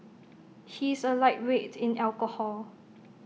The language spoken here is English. he is A lightweight in alcohol